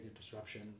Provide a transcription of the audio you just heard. disruption